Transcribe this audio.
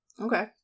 Okay